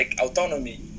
autonomy